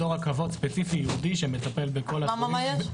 יש מדור רכבות ספציפי ויעודי שמטפל בכל התחומים האלה.